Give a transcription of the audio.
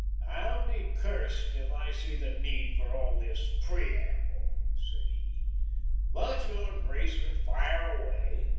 i'll be cursed if i see the need for all this preamble, said he but your grace can fire away.